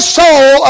soul